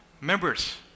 Members